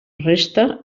resta